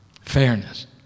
fairness